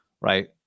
right